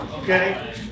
okay